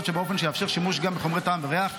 באופן שיאפשר שימוש גם בחומרי טעם וריח,